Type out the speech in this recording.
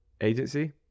agency